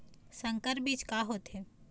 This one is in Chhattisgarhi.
संकर बीज का होथे?